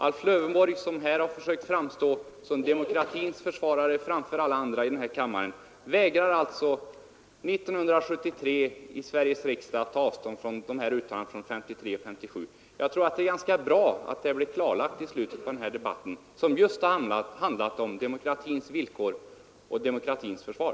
Alf Lövenborg, som här har försökt framställa sig som demokratins försvarare framför alla andra, vägrar alltså 1973 i Sveriges riksdag att ta avstånd från dessa uttalanden från år 1953 och 1957. Jag tror att det är ganska bra att det blir klarlagt i slutet på den här debatten, som just har handlat om demokratins villkor och demokratins försvar.